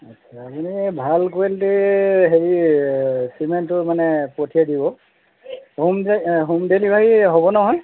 আচ্ছা এনেই ভাল কোৱালিটীৰ হেৰি চিমেণ্টটো মানে পঠিয়াই দিব হোম হোম ডেলিভাৰী হ'ব নহয়